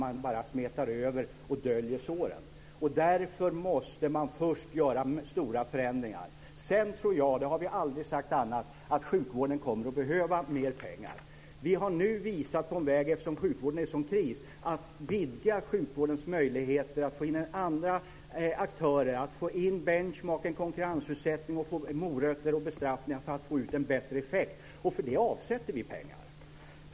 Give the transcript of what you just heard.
Man bara smetar över och döljer såren. Därför måste man först göra stora förändringar. Sedan tror jag, och vi har aldrig sagt annat, att sjukvården kommer att behöva mer pengar. Vi har nu visat på en väg, eftersom sjukvården är i sådan kris, att vidga sjukvårdens möjligheter att få in andra aktörer, benchmarking, konkurrensutsättning, morötter och bestraffningar för att få ut en bättre effekt. För det avsätter vi pengar.